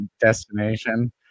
destination